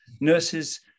nurses